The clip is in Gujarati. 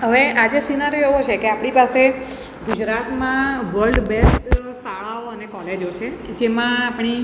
હવે આજે સીનારિયો એવો છે કે આપણી પાસે ગુજરાતમાં વલ્ડ બેસ્ટ શાળાઓ અને કોલેજો છે જેમાં આપણી